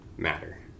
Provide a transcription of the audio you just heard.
matter